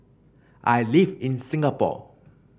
I live in Singapore